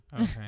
okay